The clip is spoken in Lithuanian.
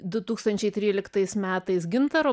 du tūkstančiai tryliktais metais gintaro